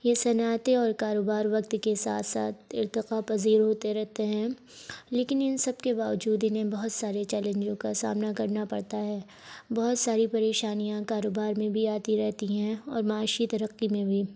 یہ صنعتیں اور کاروبار وقت کے ساتھ ساتھ ارتقاء پذیر ہوتے رہتے ہیں لیکن ان سب کے باوجود انہیں بہت سارے چیلنجوں کا سامنا کرنا پڑتا ہے بہت ساری پریشانیاں کاروبار میں بھی آتی رہتی ہیں اور معاشی ترقی میں بھی